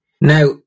Now